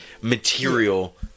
material